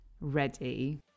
Ready